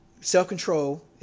self-control